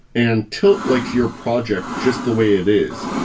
and tilt likes your project just the way it is.